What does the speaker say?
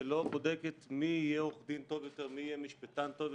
שלא בודקת מי יהיה עורך דין טוב יותר ומי יהיה משפטן טוב יותר.